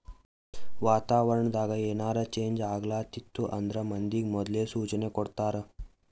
ವಾತಾವರಣ್ ದಾಗ್ ಏನರೆ ಚೇಂಜ್ ಆಗ್ಲತಿತ್ತು ಅಂದ್ರ ಮಂದಿಗ್ ಮೊದ್ಲೇ ಸೂಚನೆ ಕೊಡ್ತಾರ್